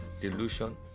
delusion